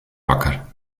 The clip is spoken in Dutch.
wakker